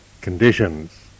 conditions